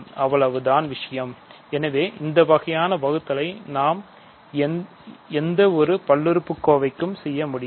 அவ்வளவுதான் விஷயம் ஆகவே இந்த வகையான வகுத்தலை நாம் எந்த இரு பல்லுறுப்புக்கோவைக்கும் செய்ய முடியும்